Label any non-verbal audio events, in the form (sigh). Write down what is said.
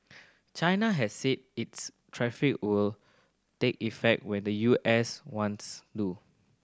China has said its (unintelligible) will take effect when the U S ones do